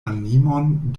animon